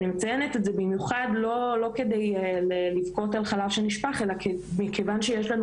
אני מציינת את זה במיוחד לא כדי לבכות על חלב שנשפך אלא מכיוון שיש לנו